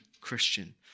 Christian